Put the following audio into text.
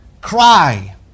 cry